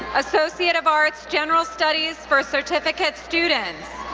associate of arts, general studies for certificate students.